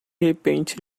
repente